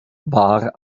war